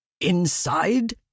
Inside